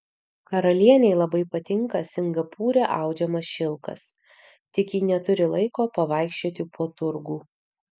karalienei labai patinka singapūre audžiamas šilkas tik ji neturi laiko pavaikščioti po turgų